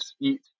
eat